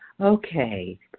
Okay